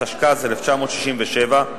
התשכ"ז 1967,